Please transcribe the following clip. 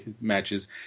matches